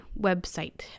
website